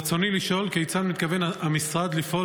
רצוני לשאול: כיצד מתכוון המשרד לפעול